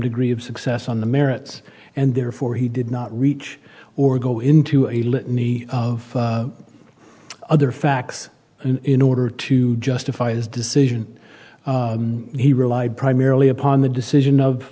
degree of success on the merits and therefore he did not reach or go into a litany of other facts in order to justify his decision he relied primarily upon the decision